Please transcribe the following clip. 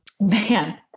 Man